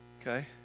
Okay